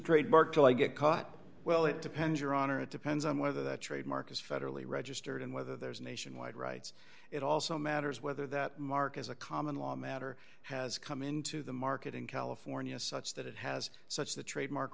trademark till i get caught well it depends your honor it depends on whether the trademark is federally registered and whether there's a nationwide rights it also matters whether that mark is a common law matter has come into the market in california such that it has such the trademark